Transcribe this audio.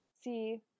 see